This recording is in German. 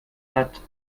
hat